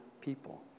people